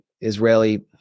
Israeli